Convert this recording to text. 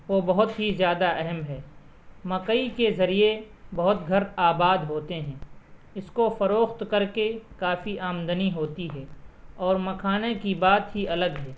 وہ بہت ہی زیادہ اہم ہے مکئی کے ذریعے بہت گھر آباد ہوتے ہیں اس کو فروخت کر کے کافی آمدنی ہوتی ہے اور مکھانے کی بات ہی الگ ہے